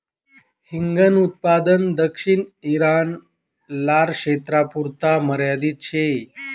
हिंगन उत्पादन दक्षिण ईरान, लारक्षेत्रपुरता मर्यादित शे